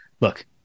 look